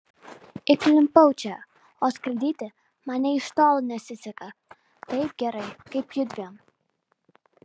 įklimpau čia o skraidyti man nė iš tolo nesiseka taip gerai kaip judviem